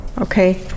Okay